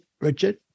Richard